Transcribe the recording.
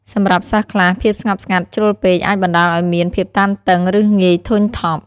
សម្រាប់សិស្សខ្លះ ភាពស្ងប់ស្ងាត់ជ្រុលពេកអាចបណ្ដាលឲ្យមាន ភាពតានតឹង ឬងាយធុញថប់។